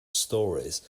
stories